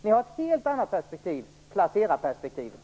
Ni har ett helt annat perspektiv, nämligen placerarperspektivet.